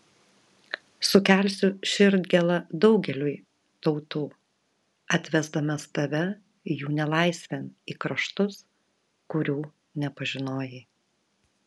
sukelsiu širdgėlą daugeliui tautų atvesdamas tave jų nelaisvėn į kraštus kurių nepažinojai